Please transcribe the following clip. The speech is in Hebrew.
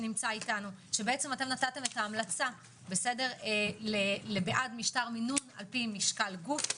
נתתם את ההמלצה לבעד משטר מינון לפי משקל גוף.